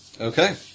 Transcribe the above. Okay